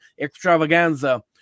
extravaganza